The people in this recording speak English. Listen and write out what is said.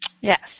Yes